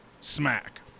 smack